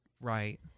right